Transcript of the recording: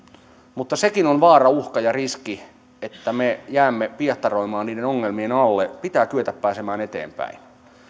mutta sekin on vaara uhka ja riski että me jäämme piehtaroimaan niiden ongelmien alle pitää kyetä pääsemään eteenpäin